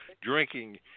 drinking